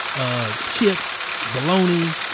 ah chips, baloney,